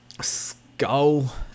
skull